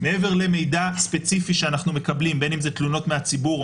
מעבר למידע ספציפי שאנחנו מקבלים בין אם זה תלונות מהציבור או